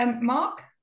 Mark